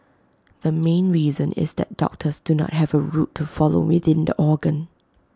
the main reason is that doctors do not have A route to follow within the organ